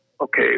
okay